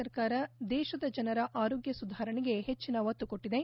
ಸರ್ಕಾರ ದೇಶದ ಜನರ ಆರೋಗ್ಯ ಸುಧಾರಣೆಗೆ ಹೆಚ್ಚಿನ ಒತ್ತುಕೊಟ್ಟದೆ